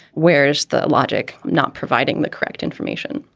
where's the logic? not providing the correct information?